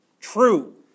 true